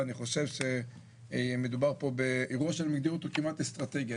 ואני חושב שמדובר פה באירוע שאני מגדיר אותו כמעט אסטרטגי.